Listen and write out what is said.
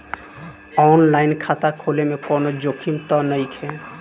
आन line खाता खोले में कौनो जोखिम त नइखे?